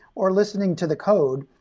or listening to the code,